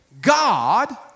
God